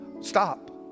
stop